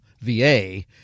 VA